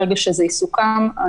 ברגע שזה יסוכם,